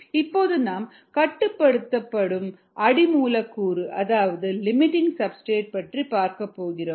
இப்போது நாம் கட்டுப்படுத்தும் அடி மூலக்கூறு அதாவது லிமிட்டிங் சப்ஸ்டிரேட் பற்றி பார்க்க போகிறோம்